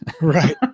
right